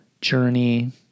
Journey